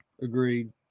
Agreed